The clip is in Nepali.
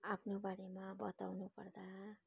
आफ्नो बारेमा बताउनु पर्दा